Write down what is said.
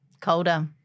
Colder